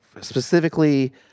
specifically